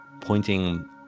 pointing